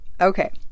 Okay